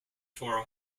tore